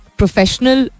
professional